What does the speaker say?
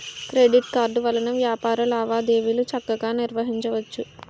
credit card వలన వ్యాపార లావాదేవీలు చక్కగా నిర్వహించవచ్చు